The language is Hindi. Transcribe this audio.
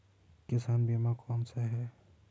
किसान बीमा कौनसे हैं?